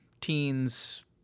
teens